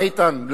איתן,